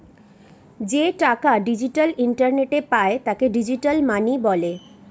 যে টাকা ডিজিটাল ইন্টারনেটে পায় তাকে ডিজিটাল মানি বলে